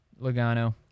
Logano